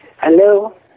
Hello